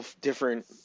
different